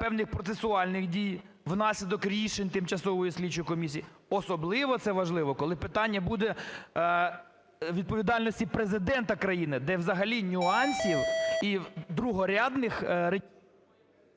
певних процесуальних дій внаслідок рішень тимчасової слідчої комісії. Особливо це важливо, коли питання буде відповідальності Президента країни, де взагалі нюансів і другорядних…